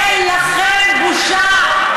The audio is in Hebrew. אין לכם בושה.